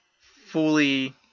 fully